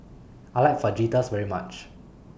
I like Fajitas very much